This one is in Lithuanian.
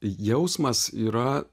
jausmas yra